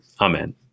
Amen